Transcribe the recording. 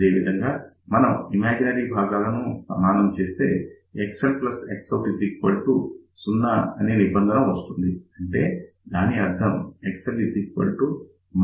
అదేవిధంగా మనం ఇమాజినరీ భాగాలను సమానం చేస్తే XL Xout 0 నిబంధన వస్తుంది అంటే దాని అర్థం XL Xout